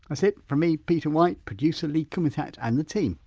that's it from me peter white, producer lee kumutat and the team,